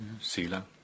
sila